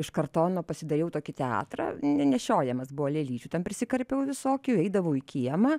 iš kartono pasidariau tokį teatrą nenešiojamas buvo lėlyčių ten prisikarpiau visokių eidavau į kiemą